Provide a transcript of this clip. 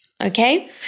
Okay